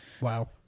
Wow